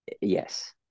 yes